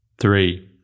three